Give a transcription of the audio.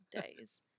days